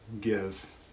give